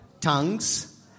tongues